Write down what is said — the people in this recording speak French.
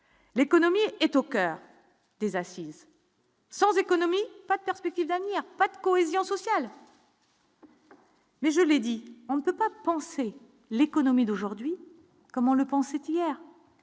l'économie est au coeur des assises. Sans économique, pas de perspective d'avenir, pas de cohésion sociale. Mais je l'ai dit, on ne peut pas penser l'économie d'aujourd'hui, comme on le pensait hier